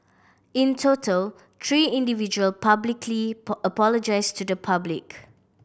in total three individual publicly apologised to the public